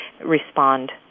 respond